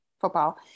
football